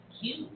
cute